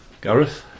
Gareth